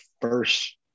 first